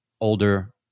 older